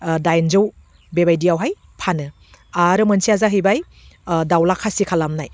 डाइनजौ बेबायदियावहाय फानो आरो मोनसेया जाहैबाय दाउला खासि खालामनाय